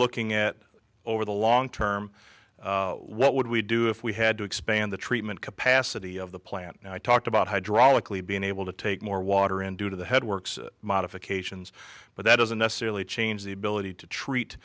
looking at over the long term what would we do if we had to expand the treatment capacity of the plant and i talked about hydraulically being able to take more water in due to the head works modifications but that doesn't necessarily change the ability to treat